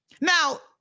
Now